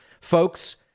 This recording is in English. Folks